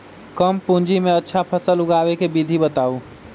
कम पूंजी में अच्छा फसल उगाबे के विधि बताउ?